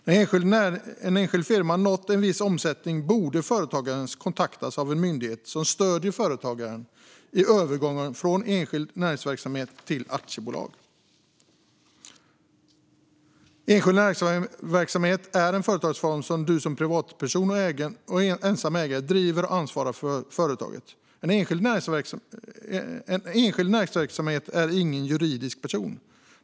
När en enskild firma nått en viss omsättning borde företagaren kontaktas av en myndighet som stöder företagaren i övergången från enskild näringsverksamhet till aktiebolag. Enskild näringsverksamhet är en företagsform där du som privatperson och ensam ägare driver och ansvarar för företaget. En enskild näringsidkare är ingen juridisk person.